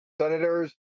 Senators